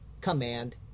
command